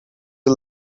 the